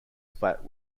flat